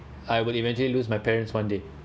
I will eventually lose my parents one day